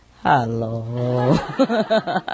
Hello